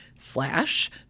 slash